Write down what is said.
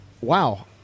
wow